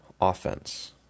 offense